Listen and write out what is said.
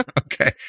Okay